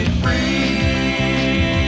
free